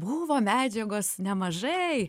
buvo medžiagos nemažai